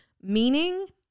Meaning